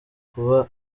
kuba